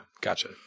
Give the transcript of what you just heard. Gotcha